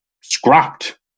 scrapped